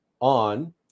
on